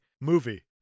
movie